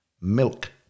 milk